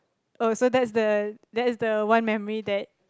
oh so that's the that's the one memory that